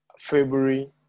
February